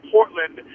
Portland